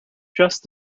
just